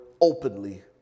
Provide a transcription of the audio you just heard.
openly